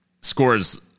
scores